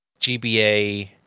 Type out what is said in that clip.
GBA